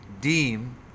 deem